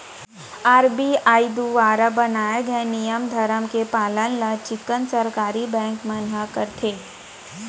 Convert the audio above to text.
RBI दुवारा बनाए गे नियम धरम के पालन ल चिक्कन सरकारी बेंक मन ह करथे